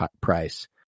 price